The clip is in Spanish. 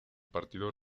partido